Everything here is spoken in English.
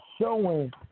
showing